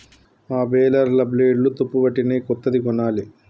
ఆ బేలర్ల బ్లేడ్లు తుప్పుపట్టినయ్, కొత్తది కొనాలి